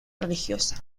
religiosa